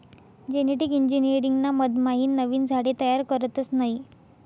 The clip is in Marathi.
जेनेटिक इंजिनीअरिंग ना मधमाईन नवीन झाडे तयार करतस नयी